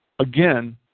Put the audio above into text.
Again